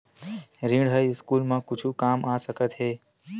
ऋण ह स्कूल मा कुछु काम आ सकत हे?